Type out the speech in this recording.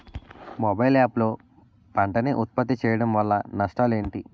Mobile app లో పంట నే ఉప్పత్తి చేయడం వల్ల నష్టాలు ఏంటి?